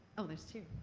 oh, there's two.